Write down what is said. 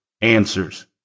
answers